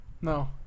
No